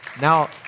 Now